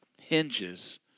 hinges